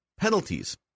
Penalties